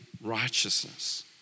righteousness